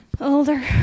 Older